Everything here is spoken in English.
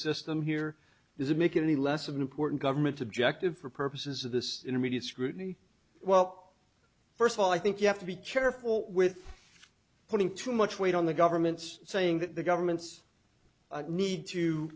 system here does it make it any less of an important government objective for purposes of this intermediate scrutiny well first of all i think you have to be careful with putting too much weight on the government's saying that the government's need to